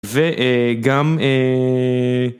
ואהההה... גם אההההההההההההההה